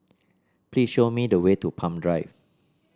please show me the way to Palm Drive